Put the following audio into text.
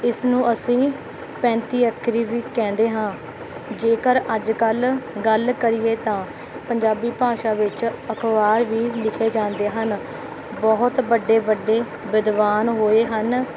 ਇਸ ਨੂੰ ਅਸੀਂ ਪੈਂਤੀ ਅੱਖਰੀ ਵੀ ਕਹਿੰਦੇ ਹਾਂ ਜੇਕਰ ਅੱਜ ਕੱਲ੍ਹ ਗੱਲ ਕਰੀਏ ਤਾਂ ਪੰਜਾਬੀ ਭਾਸ਼ਾ ਵਿੱਚ ਅਖ਼ਬਾਰ ਵੀ ਲਿਖੇ ਜਾਂਦੇ ਹਨ ਬਹੁਤ ਵੱਡੇ ਵੱਡੇ ਵਿਦਵਾਨ ਹੋਏ ਹਨ